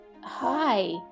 Hi